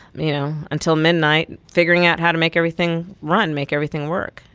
you know, until midnight figuring out how to make everything run, make everything work.